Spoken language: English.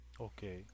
Okay